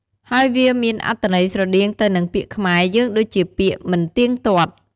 ហើយវាមានអត្ថន័យស្រដៀងទៅនឹងពាក្យខ្មែរយើងដូចជាពាក្យ មិនទៀងទាត់។